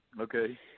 okay